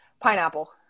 Pineapple